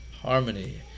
Harmony